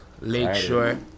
Lakeshore